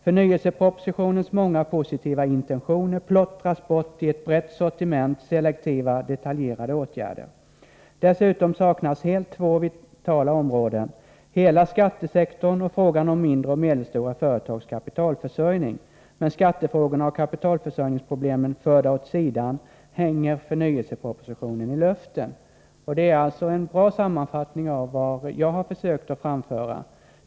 Förnyelsepropositionens många positiva intentioner plottras bort i ett brett sortiment selektiva, detaljerade åtgärder. Dessutom saknas helt två vitala områden — hela skattesektorn och frågan om de mindre och medelstora företagens kapitalförsörjning. Med skattefrågorna och kapitalförsörjningsproblemen förda åt sidan hänger förnyelsepropositionen i luften.” Det är en bra sammanfattning av vad jag har försökt att framföra.